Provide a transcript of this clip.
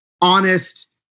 honest